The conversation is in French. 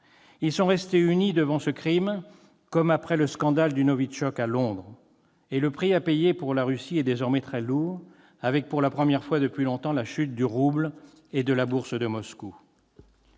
Ils sont restés unis devant ce crime comme après le scandale du Novitchok à Londres. Et le prix à payer pour la Russie est désormais très lourd avec, pour la première fois depuis longtemps, la chute du rouble et de la bourse de Moscou.